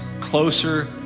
closer